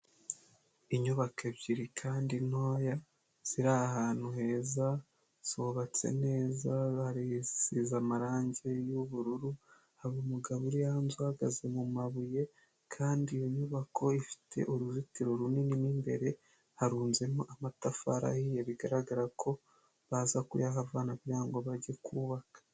Inyubako ebyiri kandi ntoya, ziri ahantu heza, zubatse neza, hari isize amarangi y'ubururu, hari umugabo uri hanze uhagaze mu mabuye, kandi iyo nyubako ifite uruzitiro runini, mo imbere harunzemo amatafari ahiye, bigaragara ko baza kuyahavana, kugira ngo bajye kubaka.